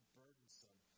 burdensome